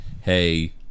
hey